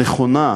הנכונה,